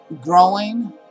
growing